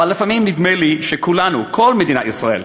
אבל לפעמים נדמה לי שכולנו, כל מדינת ישראל,